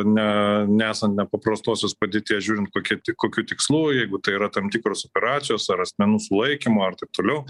ne nesant nepaprastosios padėties žiūrint kokie tik kokiu tikslu jeigu tai yra tam tikros operacijos ar asmenų sulaikymų ar taip toliau